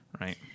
Right